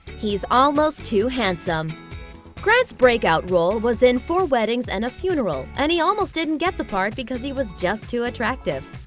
he's almost too handsome grant's breakout role was in four weddings and a funeral, and he almost didn't get the part because he was just too attractive.